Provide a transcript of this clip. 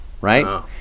right